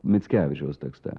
mickevičiaus tekste